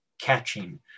catching